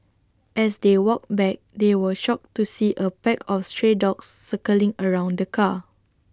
as they walked back they were shocked to see A pack of stray dogs circling around the car